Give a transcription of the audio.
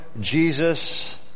Jesus